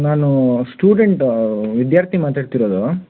ನಾನು ಸ್ಟೂಡೆಂಟ್ ವಿದ್ಯಾರ್ಥಿ ಮಾತಾಡ್ತಿರೋದು